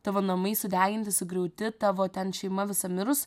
tavo namai sudeginti sugriauti tavo ten šeima visa mirus